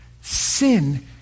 Sin